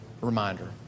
reminder